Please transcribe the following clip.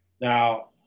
Now